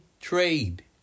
trade